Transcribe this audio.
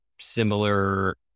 similar